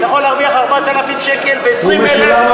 אתה יכול להרוויח 4,000 שקל ו-20,000,